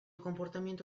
comportamiento